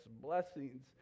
blessings